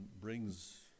brings